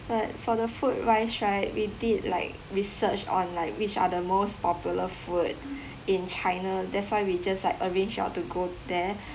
but for the food wise right we did like research on like which are the most popular food in china that's why we just like arrange you'll to go there